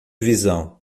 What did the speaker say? visão